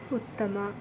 ಉತ್ತಮ